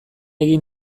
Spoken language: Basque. egin